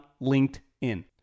LinkedIn